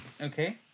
Okay